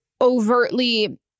overtly